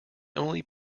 only